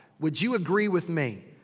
would you agree with me?